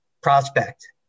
prospect